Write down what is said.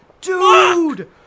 dude